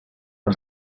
was